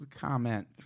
comment